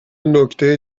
نکته